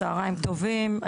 צוהריים טובים,